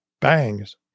bangs